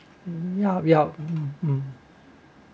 yup yup uh uh